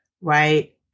Right